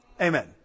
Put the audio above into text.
Amen